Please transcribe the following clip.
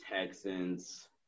Texans